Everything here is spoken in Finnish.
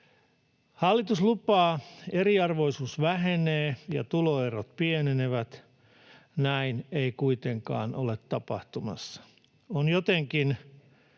Hallitus lupaa, että eriarvoisuus vähenee ja tuloerot pienenevät. Näin ei kuitenkaan ole tapahtumassa. On jotenkin